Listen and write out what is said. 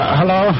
hello